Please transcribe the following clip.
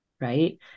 right